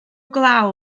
glaw